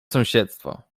sąsiedztwo